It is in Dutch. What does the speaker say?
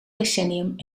decennium